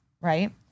right